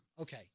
Okay